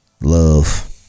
Love